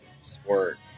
sport